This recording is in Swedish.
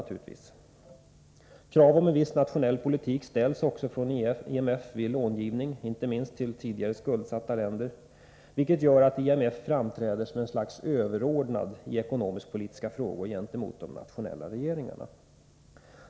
Kravet på en viss nationell politik ställs också från IMF vid långivning, inte minst till tidigare skuldsatta länder, vilket gör att IMF på något sätt framstår som överordnad i ekonomiska frågor gentemot de nationella regeringarna.